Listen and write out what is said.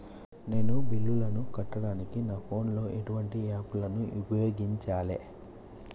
నేను బిల్లులను కట్టడానికి నా ఫోన్ లో ఎటువంటి యాప్ లను ఉపయోగించాలే?